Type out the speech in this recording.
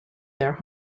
their